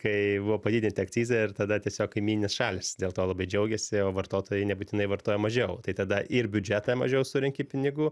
kai buvo padidinti akcizai ir tada tiesiog kaimyninės šalys dėl to labai džiaugėsi o vartotojai nebūtinai vartoja mažiau tai tada ir biudžetą mažiau surenki pinigų